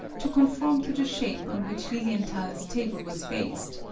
to conform to the shape on which lilienthal's table was based,